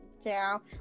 Down